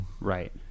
Right